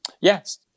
Yes